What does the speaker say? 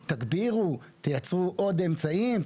חברתיים, ציבוריים.